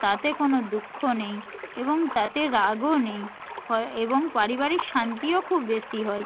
তাতে কোনো দুঃখ নেই এবং তাতে রাগও নেই ফ এবং পারিবারিক শান্তিও খুব বেশি হয়